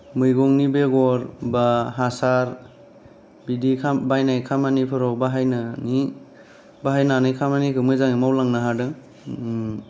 मैगंनि बेगर बा हासार बिदि खाम बायनाय खामानिफोराव बाहायनानै बाहायनानै खामानिखो मोजाङै मावलांनो हादों